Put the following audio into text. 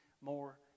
more